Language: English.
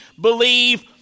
believe